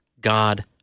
God